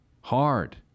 hard